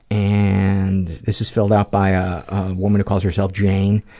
and this is filled out by a woman who calls herself jane.